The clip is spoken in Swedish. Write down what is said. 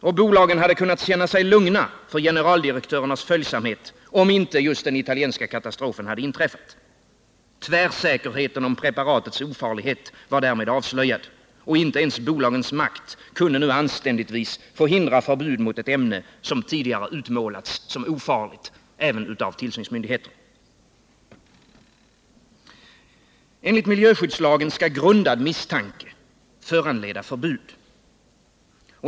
Och bolagen hade kunnat känna sig lugna med tanke på generaldirektörernas följsamhet, om inte den italienska katastrofen hade inträffat. Tvärsäkerheten om preparatets ofarlighet var därmed avslöjad. Inte ens bolagens makt kunde nu anständigtvis få hindra förbud mot ett ämne som tidigare utmålats som ofarligt även av tillsynsmyndigheterna. Enligt miljöskyddslagen skall grundad misstanke föranleda förbud.